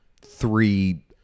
three